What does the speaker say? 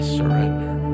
surrender